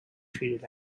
treated